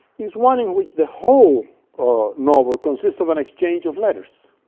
is one which the whole novel consists of an exchange of letters